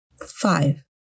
Five